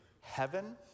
heaven